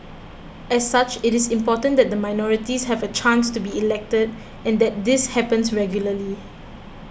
as such it is important that the minorities have a chance to be elected and that this happens regularly